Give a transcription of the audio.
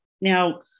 Now